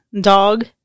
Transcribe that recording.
dog